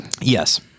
Yes